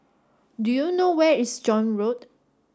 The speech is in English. do you know where is John Road